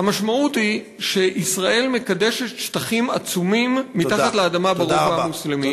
המשמעות היא שישראל מקדשת שטחים עצומים מתחת לאדמה ברובע המוסלמי.